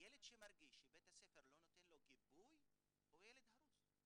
ילד שמרגיש שבית הספר לא נותן לו גיבוי הוא ילד הרוס,